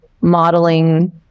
modeling